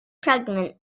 pregnant